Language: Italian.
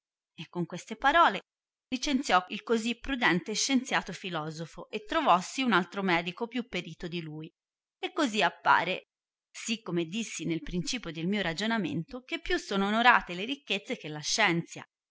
e con queste parole licenziò il così prudente e scienziato filosofo e trovossi un altro medico più perito di lui e cosi appare sì come dissi nel principio del mio ragionamento che più sono onorate le ricchezze che la scienzia